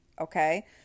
Okay